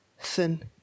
thin